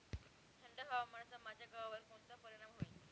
थंड हवामानाचा माझ्या गव्हावर कोणता परिणाम होईल?